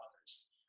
others